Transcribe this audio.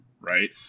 right